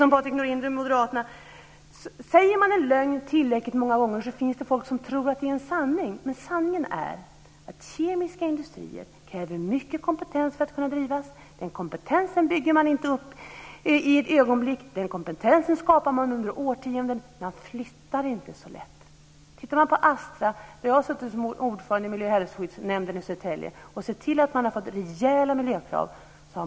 Om man säger en lögn tillräckligt många gånger finns det folk som tror att det är en sanning. Men sanningen är att kemiska industrier kräver mycket kompetens för att kunna drivas. Den kompetensen bygger man inte upp i ett ögonblick. Den kompetensen skapar man under årtionden. Man flyttar inte så lätt. Jag har suttit som ordförande i miljö och hälsoskyddsnämnden i Södertälje och sett till att Astra har fått rejäla miljökrav på sig.